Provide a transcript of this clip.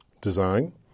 design